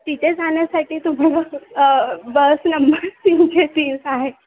तिथे जाण्यासाठी तुम्हाला बस नंबर तीनशे तीस आहे